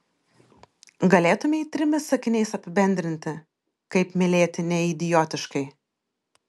galėtumei trimis sakiniais apibendrinti kaip mylėti neidiotiškai